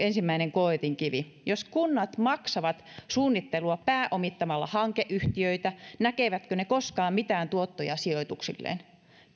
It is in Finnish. ensimmäinen koetinkivi jos kunnat maksavat suunnittelua pääomittamalla hankeyhtiöitä näkevätkö ne koskaan mitään tuottoja sijoituksilleen